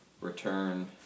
Return